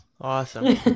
Awesome